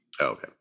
Okay